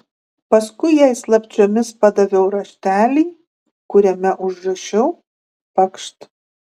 paskui jai slapčiomis padaviau raštelį kuriame užrašiau pakšt